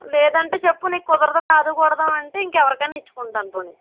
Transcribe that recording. లేదంటే చెప్పు నీకు కుదరదు కాదు కూడదు అంటే ఇంకెవరికైనా ఇచ్చుకుంటాను పోనీ